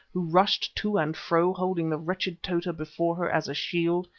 who rushed to and fro holding the wretched tota before her as a shield,